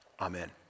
Amen